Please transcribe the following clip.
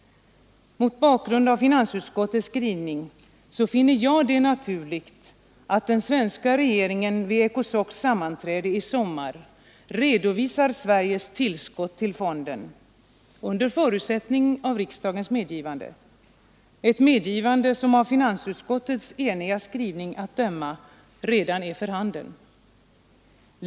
Mot bakgrund av finansutskottets skrivning finner jag det naturligt att den svenska regeringen vid ECOSOC:s sammanträde i sommar redovisar Sveriges tillskott till fonden — under förutsättning av riksdagens medgivande, ett medgivande som av finansutskottets eniga skrivning att döma redan är för handen.